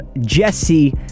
Jesse